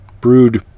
brewed